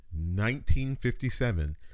1957